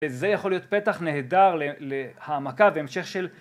וזה יכול להיות פתח נהדר להעמקה והמשך של